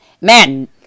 Man